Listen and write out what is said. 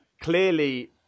Clearly